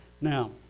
now